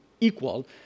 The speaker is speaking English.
equal